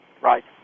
Right